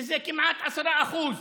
שזה כמעט 10%?